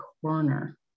corner